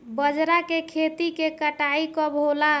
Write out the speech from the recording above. बजरा के खेती के कटाई कब होला?